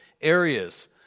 areas